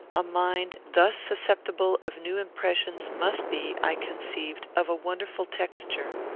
a mind thus susceptible of new impressions must be, i conceived, of a wonderful texture.